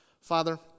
Father